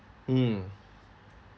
mm